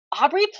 Aubrey